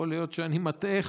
יכול להיות שאני מטעה,